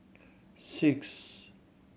six